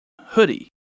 hoodie